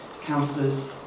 councillors